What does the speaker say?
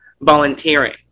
volunteering